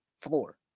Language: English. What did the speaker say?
floor